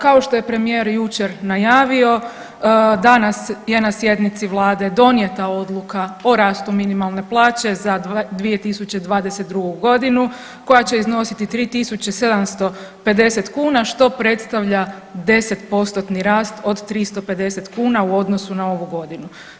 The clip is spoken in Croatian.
Kao što je premijer jučer najavio danas je na sjednici vlade donijeta odluka o rastu minimalne plaće za 2022. godinu koja će iznositi 3.750 kuna što predstavlja 10%-tni rast od 350 kuna u odnosu na ovu godinu.